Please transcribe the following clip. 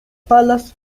palas